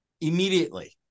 immediately